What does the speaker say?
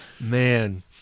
man